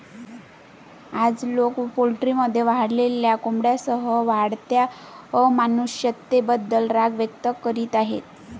आज, लोक पोल्ट्रीमध्ये वाढलेल्या कोंबड्यांसह वाढत्या अमानुषतेबद्दल राग व्यक्त करीत आहेत